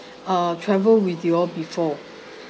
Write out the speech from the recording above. uh travel with you all before